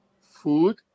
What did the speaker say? food